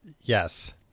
Yes